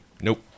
Nope